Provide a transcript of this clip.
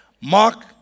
Mark